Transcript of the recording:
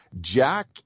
Jack